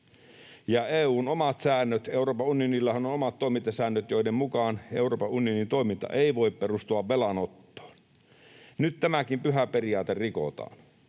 Ja EU:n omat säännöt: Euroopan unionillahan on omat toimintasäännöt, joiden mukaan Euroopan unionin toiminta ei voi perustua velanottoon. Nyt tämäkin pyhä periaate rikotaan,